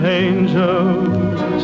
angels